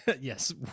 Yes